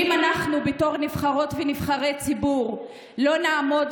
אם אנחנו בתור נבחרות ונבחרי ציבור לא נעמוד